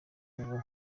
ubu